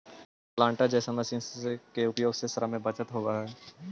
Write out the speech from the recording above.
planter जईसन मशीन के उपयोग से श्रम के बचत होवऽ हई